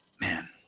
Man